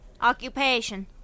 Occupation